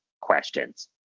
questions